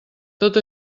tot